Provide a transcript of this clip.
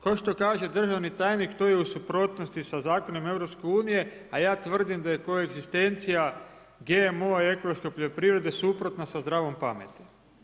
Kao što kaže državni tajni, to je u suprotnosti sa zakonima EU, a ja tvrdim da je koegzistencija GMO i ekološke poljoprivrede suprotna sa zdravom pameti.